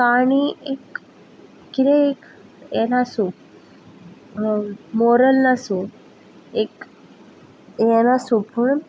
काणी एक किदेंय एक हें नासूं मो मोरल नासूं एक येरा सोपून